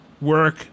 work